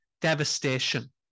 devastation